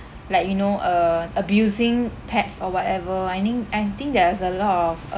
like you know uh abusing pets or whatever I think I think there is a lot of uh